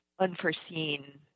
unforeseen